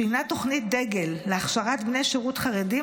שהיא תוכנית דגל להכשרת בני שירות חרדים